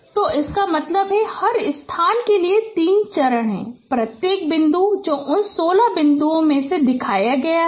तो इसका मतलब है कि हर स्थान के लिए 3 चरण हैं प्रत्येक बिंदु जो उन 16 बिंदुओं में से दिखाया गया है